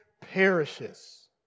perishes